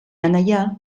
anaia